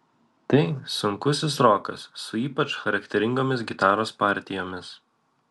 tai sunkusis rokas su ypač charakteringomis gitaros partijomis